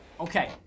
Okay